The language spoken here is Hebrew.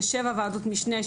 בשבע ועדות משנה,